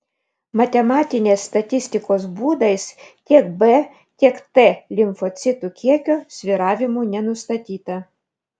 matematinės statistikos būdais tiek b tiek t limfocitų kiekio svyravimų nenustatyta